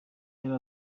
yari